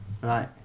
right